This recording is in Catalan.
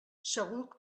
segur